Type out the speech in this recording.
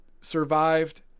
survived